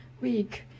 week